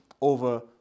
over